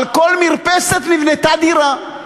על כל מרפסת נבנתה דירה.